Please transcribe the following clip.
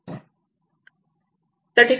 त्या ठिकाणी temperature controller असतो